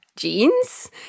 jeans